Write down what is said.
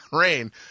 rain